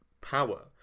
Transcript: power